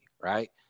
Right